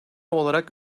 olarak